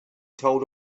told